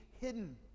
hidden